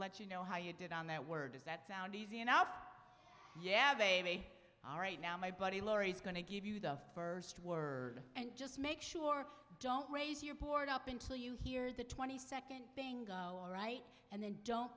let you know how you did on that word does that sound easy enough yeah they all right now my buddy laurie's going to give you the first word and just make sure don't raise your port up until you hear the twenty second all right and then don't